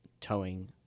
towing